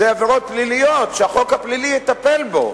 זה עבירות פליליות, שהחוק הפלילי יטפל בו.